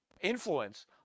influence